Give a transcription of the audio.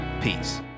peace